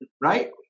right